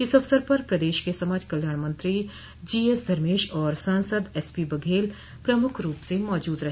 इस अवसर पर प्रदेश के समाज कल्याण राज्य मंत्री जीएसधर्मेश और सांसद एसपीबघेल प्रमुख रूप स मौजूद रहे